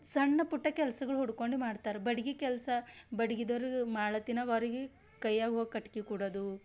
ಸಣ್ಣ ಪುಟ್ಟ ಕೆಲ್ಸಗಳು ಹುಡ್ಕೊಂಡು ಮಾಡ್ತಾರೆ ಬಡಗಿ ಕೆಲಸ ಬಡ್ಗಿದವ್ರು ಮಾಡತ್ತಿನಗೆ ಅವ್ರಿಗೆ ಕೈಯಾಗ ಹೋಗಿ ಕಟ್ಗೆ ಕೊಡೋದು